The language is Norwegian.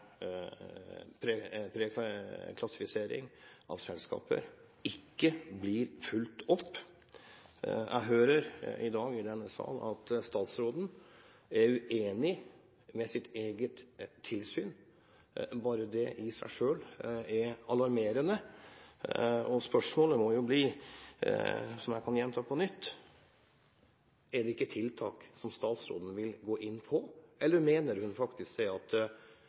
av selskaper ikke blir fulgt opp. Jeg hører i dag i denne sal at statsråden er uenig med sitt eget tilsyn – bare det i seg selv er alarmerende. Spørsmålet må bli, som jeg kan gjenta: Hvilke tiltak vil statsråden gå inn på, eller mener hun faktisk at det